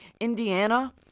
Indiana